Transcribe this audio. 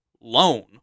loan